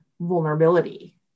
vulnerability